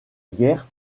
guerre